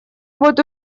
вот